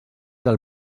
del